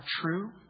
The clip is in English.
true